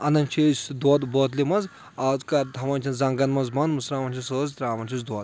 اَنَان چھِ أسۍ دۄد بٲتلہِ منٛز آز کَل تھاوان چھِنہٕ زنٛگَن منٛز بنٛد مٕژراوان چھِس ٲس ترٛاوَان چِھس دۄد